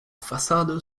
façade